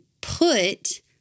put